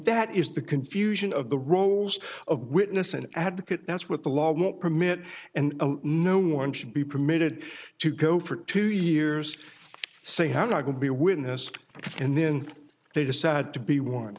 that is the confusion of the roles of witness an advocate that's what the law will permit and no one should be permitted to go for two years say how not to be a witness and then they decide to be